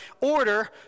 order